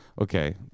Okay